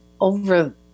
over